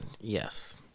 Yes